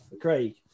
Craig